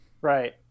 Right